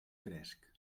fresc